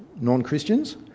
non-Christians